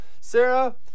Sarah